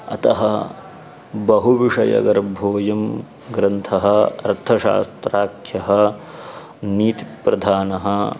अतः बहुविषयगर्भोयं ग्रन्थः अर्थशास्त्राख्यः नीतिप्रधानः